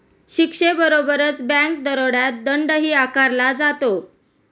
शिक्षेबरोबरच बँक दरोड्यात दंडही आकारला जातो